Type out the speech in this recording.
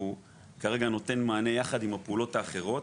שכרגע נותן מענה יחד עם הפעולות האחרות.